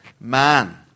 man